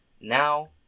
Now